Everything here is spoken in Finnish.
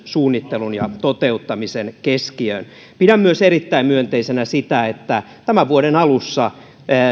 suunnittelun ja toteuttamisen keskiöön pidän myös erittäin myönteisenä sitä että tämän vuoden alussa